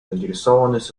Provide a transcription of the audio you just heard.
заинтересованность